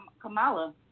Kamala